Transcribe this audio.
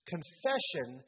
Confession